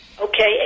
Okay